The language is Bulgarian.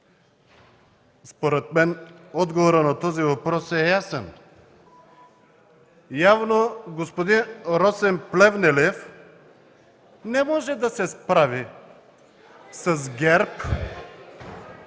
Според мен отговорът на този въпрос е ясен: явно господин Росен Плевнелиев не може да се справи с ГЕРБ